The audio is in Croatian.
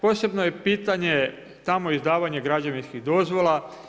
Posebno je pitanje tamo izdavanje građevinskih dozvola.